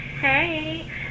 Hey